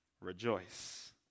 Rejoice